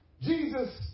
Jesus